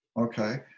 Okay